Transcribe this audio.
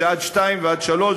זה עד 02:00 ועד 03:00,